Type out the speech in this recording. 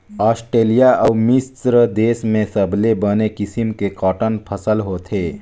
Australia अउ मिस्र देस में सबले बने किसम के कॉटन फसल होथे